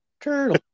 turtle